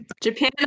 japan